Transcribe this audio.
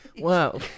Wow